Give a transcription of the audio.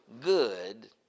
good